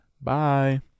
Bye